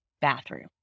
bathroom